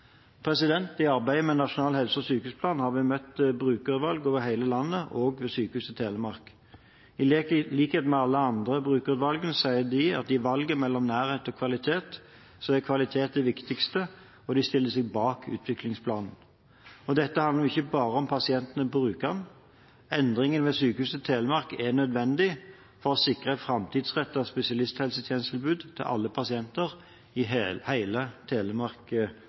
I arbeidet med nasjonal helse- og sykehusplan har vi møtt brukerutvalg over hele landet, også ved Sykehuset Telemark. I likhet med alle andre brukerutvalg sier de at i valget mellom nærhet og kvalitet, er kvalitet det viktigste, og de stiller seg bak utviklingsplanen. Dette handler ikke bare om pasientene – brukerne – endringen ved Sykehuset Telemark er nødvendig for å sikre et framtidsrettet spesialisthelsetjenestetilbud til alle pasienter i hele Telemark